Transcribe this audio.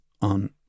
on